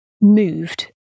moved